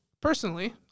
Personally